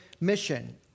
mission